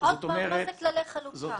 עוד פעם, מה זה כללי חלוקה?